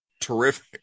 terrific